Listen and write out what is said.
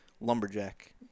lumberjack